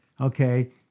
okay